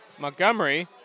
Montgomery